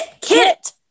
Kit